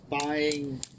buying